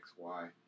XY